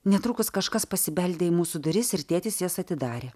netrukus kažkas pasibeldė į mūsų duris ir tėtis jas atidarė